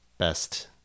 best